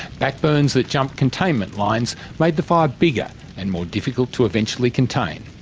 back-burns that jumped containment lines made the fire bigger and more difficult to eventually contain.